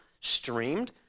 streamed